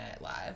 Live